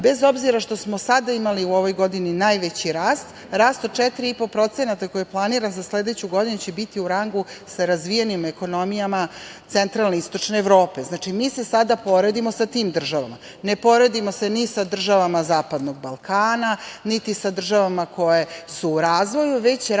bez obzira što smo sada imali u ovoj godini najveći rast, rast od 4,5% koji je planiran za sledeću godinu će biti u rangu sa razvijenim ekonomijama centralne i istočne Evrope. Znači, mi se sada poredimo sa tim državama. Ne poredimo se ni sa državama zapadnog Balkana, niti sa državama koje su u razvoju, već rame